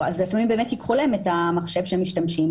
אז לפעמים ייקחו להם באמת את המחשב שבו הם משתמשים,